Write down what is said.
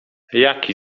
jaki